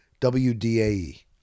WDAE